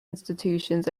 institutions